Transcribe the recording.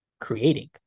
creating